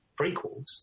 prequels